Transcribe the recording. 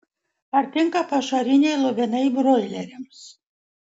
ar tinka pašariniai lubinai broileriams